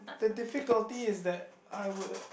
the difficulty is that I will